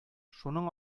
шуның